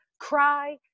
cry